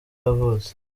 yavutse